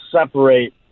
separate